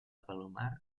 palomar